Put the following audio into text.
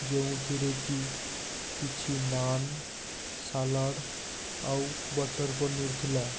ଯେଉଁଥିରେକି କିଛି ନାନ୍ ସାଲାଡ଼ ଆଉ ବଟର୍ ପନିର୍ ଥିଲା